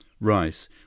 Rice